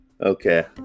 okay